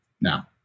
now